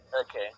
Okay